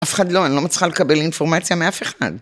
אף אחד לא, אני לא מצליחה לקבל אינפורמציה מאף אחד.